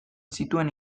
zituen